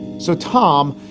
so, tom,